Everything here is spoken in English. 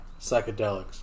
Psychedelics